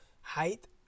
height